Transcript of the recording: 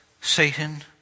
Satan